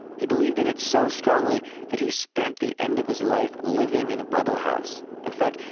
he believed in it so strongly that he spent the end of his life living in a bubble house. in fact,